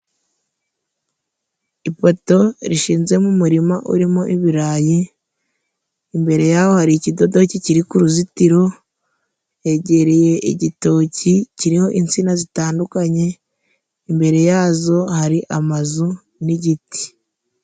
Ipoto rishinze mu murima urimo ibirayi, imbere yawo hari ikidodoki kiri ku ruzitiro, hegereye igitoki kiriho insina zitandukanye, imbere yazo hari amazu n'igiti.